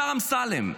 השר אמסלם,